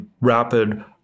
rapid